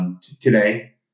Today